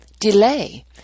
Delay